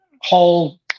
whole